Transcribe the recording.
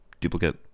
duplicate